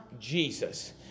Jesus